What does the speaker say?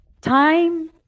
Time